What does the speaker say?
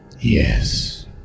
Yes